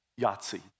Yahtzee